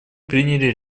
приняли